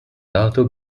dato